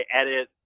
edit